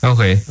Okay